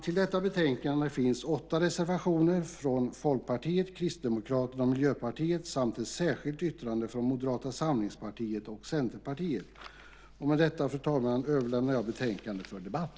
I detta betänkande finns åtta reservationer från Folkpartiet, Kristdemokraterna och Miljöpartiet samt ett särskilt yttrande från Moderata samlingspartiet och Centerpartiet. Med detta överlämnar jag betänkandet för debatt.